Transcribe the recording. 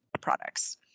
products